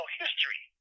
history